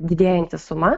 didėjanti suma